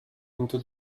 into